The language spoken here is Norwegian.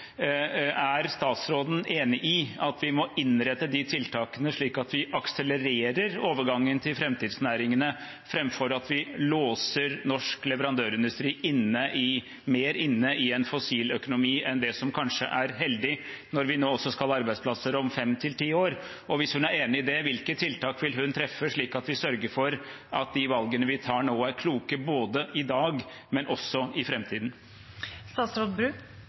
Er statsråden enig i at vi må innrette tiltakene slik at vi akselererer overgangen til framtidsnæringene, framfor at vi låser norsk leverandørindustri mer inne i en fossil økonomi enn det som kanskje er heldig, når vi nå også skal ha arbeidsplasser om fem–ti år? Hvis hun er enig i det: Hvilke tiltak vil hun treffe, slik at vi sørger for at de valgene vi tar nå, er kloke både i dag og i